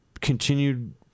continued